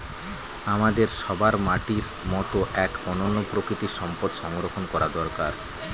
আমাদের সবার মাটির মতো এক অনন্য প্রাকৃতিক সম্পদ সংরক্ষণ করা দরকার